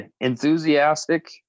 enthusiastic